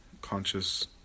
conscious